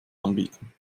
anbieten